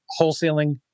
wholesaling